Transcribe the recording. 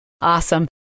Awesome